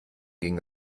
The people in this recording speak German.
ging